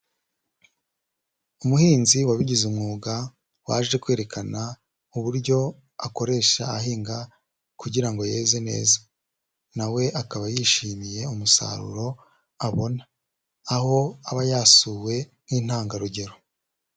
Umuhinzi wabigize umwuga, waje kwerekana uburyo akoresha ahinga kugira ngo yeze neza, na we akaba yishimiye umusaruro abona, aho aba yasuwe nk'intangarugero.